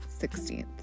16th